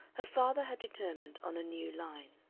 her father had determined on a new line.